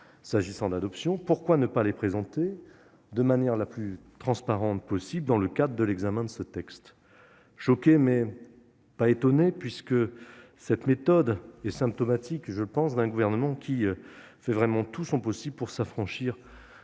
s'agissant de l'adoption, pourquoi ne pas les présenter, de la manière la plus transparente possible, dans le cadre de l'examen de ce texte ? J'ai été choqué, mais pas étonné, puisque cette méthode est révélatrice de l'état d'esprit d'un Gouvernement qui fait vraiment tout son possible pour s'affranchir